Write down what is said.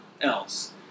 else